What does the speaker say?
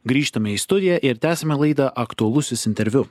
grįžtame į studiją ir tęsiame laidą aktualusis interviu